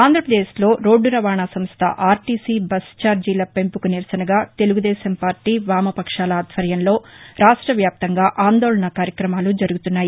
ఆంధ్రాపదేశ్లో రోడ్దు రవాణా సంస్థ ఆర్టీసి బస్సు ఛార్జీల పెంపుకు నిరసనగా తెలుగు దేశం పార్టీ వామపక్షాల ఆధ్వర్యంలో రాష్ట్ర వ్యాప్తంగా ఆందోళనా కార్యక్రమాలు జరుగుతున్నాయి